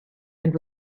and